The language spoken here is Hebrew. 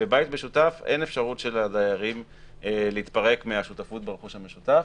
בבית משותף אין אפשרות של הדיירים להתפרק מהשותפות ברכוש המשותף.